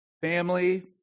family